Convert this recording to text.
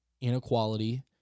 Inequality